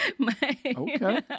Okay